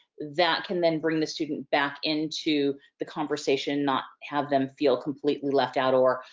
that can then bring the student back into the conversation not have them feel completely left out or,